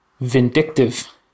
vindictive